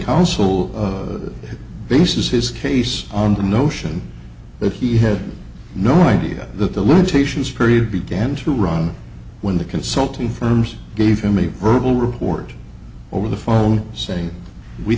counsel bases his case on the notion that he had no idea that the limitations period began to run when the consulting firms gave him a verbal report over the phone saying we